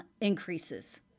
increases